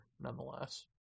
nonetheless